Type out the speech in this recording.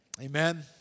Amen